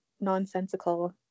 nonsensical